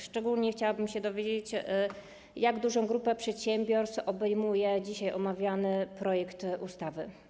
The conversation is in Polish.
Szczególnie chciałbym się dowiedzieć, jak dużą grupę przedsiębiorstw obejmuje dzisiaj omawiany projekt ustawy.